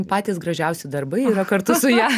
patys gražiausi darbai yra kartu su ja